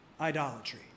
idolatry